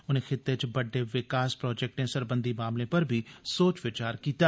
उनें खित्ते च बड्डे विकास प्रोजैक्टें सरबंधी मामलें पर बी सोच विचार कीता